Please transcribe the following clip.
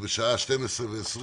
בשעה 12:20